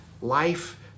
life